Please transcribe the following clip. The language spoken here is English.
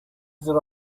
that